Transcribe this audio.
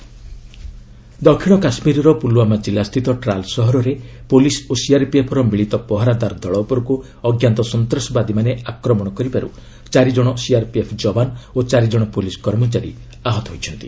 JK Tral ଦକ୍ଷିଣ କାଶ୍ମୀରର ପୁଲୁୱାମା କିଲ୍ଲା ସ୍ଥିତ ଟ୍ରାଲ୍ ସହରରେ ପୁଲିସ୍ ଓ ସିଆର୍ପିଏଫ୍ ର ମିଳିତ ପହରା ଦଳ ଉପରକୁ ଅଜ୍ଞାତ ସନ୍ତାସବାଦୀମାନେ ଆକ୍ରମଣ କରିବାରୁ ଚାରି ଜଣ ସିଆର୍ପିଏଫ୍ ଯବାନ୍ ଓ ଚାରି ଜଣ ପୁଲିସ୍ କର୍ମଚାରୀ ଆହତ ହୋଇଛନ୍ତି